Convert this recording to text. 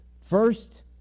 First